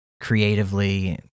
creatively